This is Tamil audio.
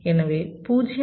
எனவே 0